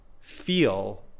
Feel